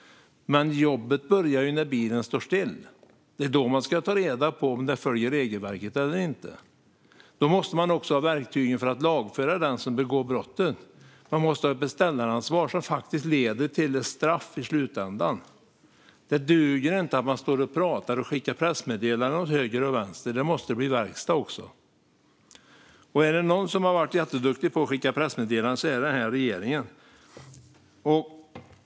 Men jobbet börjar när bilen står stilla. Det är då man ska ta reda på om de följer regelverket eller inte. Då måste man också ha verktygen för att lagföra den som begår brottet. Man måste ha ett beställaransvar som faktiskt leder till ett straff i slutändan. Det måste bli verkstad. Det duger inte att stå och prata och skicka pressmeddelanden åt höger och vänster, men är det någon som har varit jätteduktig på att skicka pressmeddelanden är det den här regeringen.